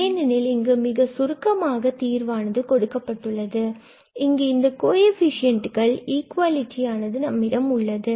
ஏனெனில் இங்கு மிக சுருக்கமாக தீர்வானது கொடுக்கப்பட்டுள்ளது அதாவது இங்கு இந்தக் கோஎஃபிசியண்டுகள் இகுவாலிட்டியானது நம்மிடம் உள்ளது